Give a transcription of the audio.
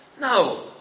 No